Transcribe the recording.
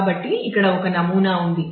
కాబట్టి ఇక్కడ ఒక నమూనా ఉంది